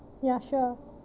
ya sure